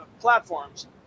platforms